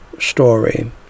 story